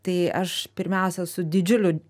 tai aš pirmiausia su didžiuliu